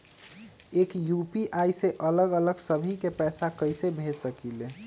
एक यू.पी.आई से अलग अलग सभी के पैसा कईसे भेज सकीले?